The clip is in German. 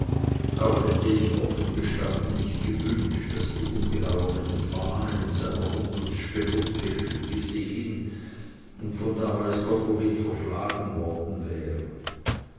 auch hätte ich offen gestanden nicht gewünscht daß die ungeheuerlichen fahnen in seiner unglücksspelunke gesehen und von da weiß gott wohin verschlagen worden wären